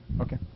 Okay